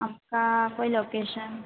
आपका कोई लोकेशन